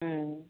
ഉം